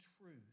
truth